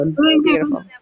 Beautiful